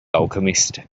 alchemist